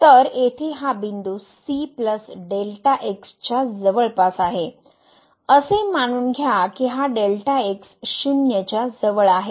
तर येथे हा बिंदू c x च्या जवळपास आहे असे मानून घ्या की हा x शून्य च्या जवळ आहे